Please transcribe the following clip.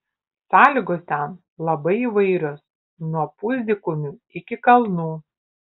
sąlygos ten labai įvairios nuo pusdykumių iki kalnų